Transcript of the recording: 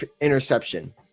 interception